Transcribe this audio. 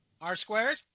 R-squared